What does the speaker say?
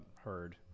heard